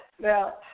Now